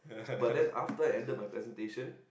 but then after I ended my presentation